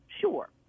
sure